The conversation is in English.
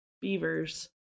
beavers